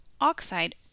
oxide